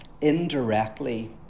indirectly